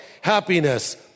happiness